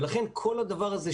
ולכן כל הדבר הזה,